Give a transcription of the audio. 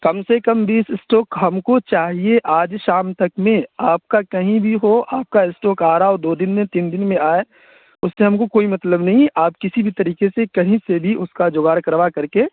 کم سے کم بیس اسٹاک ہم کو چاہیے آج شام تک میں آپ کا کہیں بھی ہو آپ کا اسٹاک آ رہا ہو دو دن میں تین دن میں آئے اس سے ہم کو کوئی مطلب نہیں آپ کسی بھی طریقے سے کہیں سے بھی اس کا جگاڑ کروا کر کے